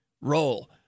roll